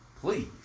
Please